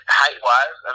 height-wise